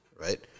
Right